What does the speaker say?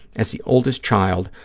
as the oldest child,